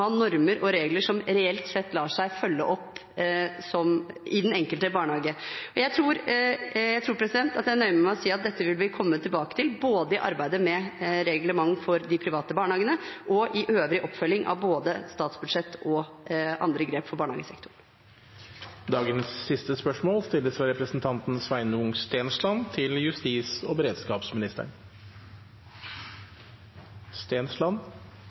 normer og regler som reelt sett lar seg følge opp i den enkelte barnehage. Jeg tror jeg nøyer meg med å si at dette vil vi komme tilbake til både i arbeidet med reglement for de private barnehagene og i øvrig oppfølging av både statsbudsjett og andre grep for barnehagesektoren. «Ved spørsmål om hvordan midler til politiet skal fordeles, har statsråden ved flere anledninger vist til at politireformen skal evalueres og